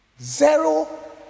zero